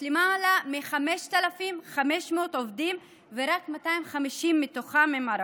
למעלה מ-5,500 עובדים ורק 250 מהם הם ערבים,